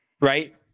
right